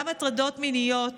גם הטרדות מיניות